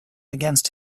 against